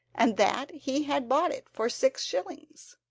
and that he had bought it for six shillings.